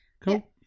Cool